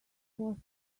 post